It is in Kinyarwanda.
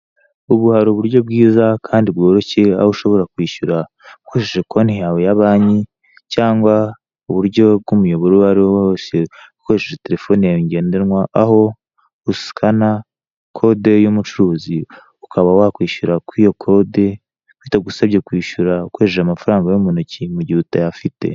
Ubu hari uburyo bwiza kandi bworoshye aho ushobora kwishyura ukoresheje konti ya banki, cyangwa uburyo bw'umuyoboro uwo ariwo wose ukoresheje terefone yawe, aho usikana kode y'umucuruzi ukaba wakwishyura kuri iyo kode bitagusabye kwishyura ukoresheje amafaranga yo mu ntoki mu gihe utayafite.